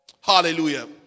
Hallelujah